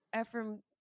Ephraim